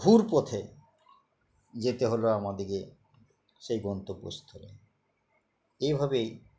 ঘুর পথে যেতে হলো আমাদকে সেই গন্তব্যস্থলে এইভাবেই